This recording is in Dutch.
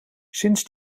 sinds